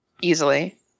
easily